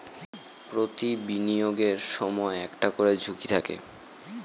প্রতি বিনিয়োগের সময় একটা করে বড়ো ঝুঁকি থাকে